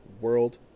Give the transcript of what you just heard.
World